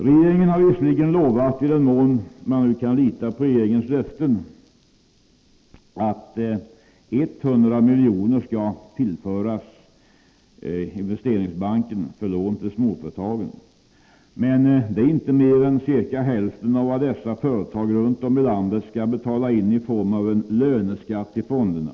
Regeringen har Visserligen lovat — i den mån man kan lita på regeringens löften — att 100 miljoner skall tillföras Investeringsbanken för lån till småföretag, men det är inte mer än ca hälften av vad dessa företag runt om i landet skall betala in i form av en löneskatt till fonderna.